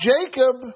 Jacob